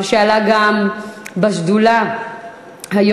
מה שעלה גם בשדולה היום,